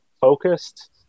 focused